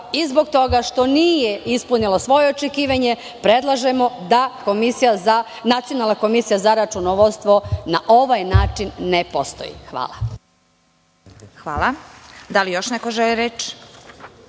i zbog toga što nije ispunila svoje očekivanje predlažemo da Nacionalna komisija za računovodstvo na ovaj način ne postoji. Hvala. **Vesna Kovač** Hvala. Da li još neko želi reč?